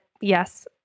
yes